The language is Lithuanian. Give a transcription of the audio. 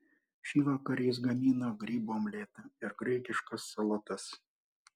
šįvakar jis gamino grybų omletą ir graikiškas salotas